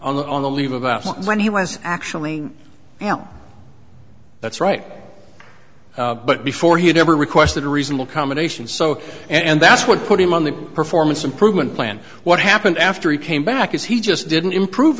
t on the leave about when he was actually that's right but before he had ever requested a reasonable combination so and that's what put him on the performance improvement plan what happened after he came back is he just didn't improve